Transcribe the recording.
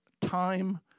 time